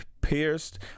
pierced